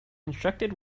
constructed